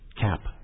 Cap